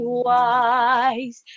wise